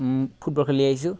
football খেলি আহিছো